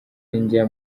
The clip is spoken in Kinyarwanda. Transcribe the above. njya